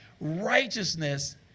righteousness